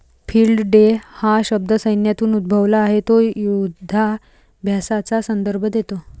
field day हा शब्द सैन्यातून उद्भवला आहे तो युधाभ्यासाचा संदर्भ देतो